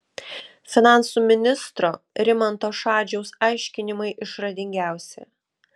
finansų ministro rimanto šadžiaus aiškinimai išradingiausi